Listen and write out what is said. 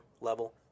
level